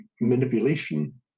Manipulation